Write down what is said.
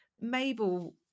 Mabel